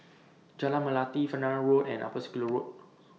Jalan Melati Fernvale Road and Upper Circular Road